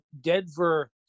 Denver